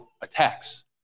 attacks